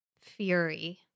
Fury